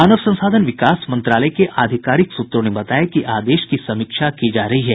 मानव संसाधन विकास मंत्रालय के आधिकारिक सूत्रों ने बताया कि आदेश की समीक्षा की जा रही है